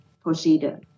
procedure